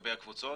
לגבי הקבוצות,